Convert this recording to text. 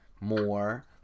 more